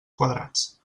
quadrats